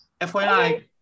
FYI